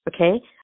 Okay